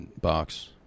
box